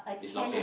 is okay